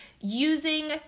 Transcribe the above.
using